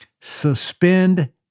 Suspend